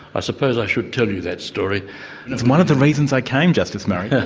i suppose i should tell you that story. it's one of the reasons i came, justice murray. yeah